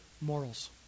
morals